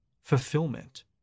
fulfillment